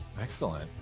Excellent